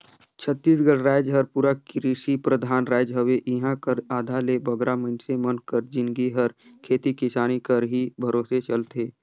छत्तीसगढ़ राएज हर पूरा किरसी परधान राएज हवे इहां कर आधा ले बगरा मइनसे मन कर जिनगी हर खेती किसानी कर ही भरोसे चलथे